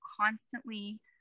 constantly